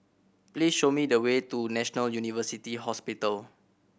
please show me the way to National University Hospital